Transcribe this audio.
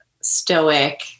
stoic